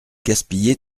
gaspillé